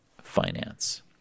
finance